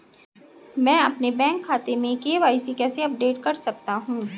मैं अपने बैंक खाते में के.वाई.सी कैसे अपडेट कर सकता हूँ?